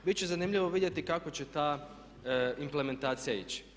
Bit će zanimljivo vidjeti kako će ta implementacija ići.